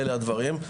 אלה הדברים.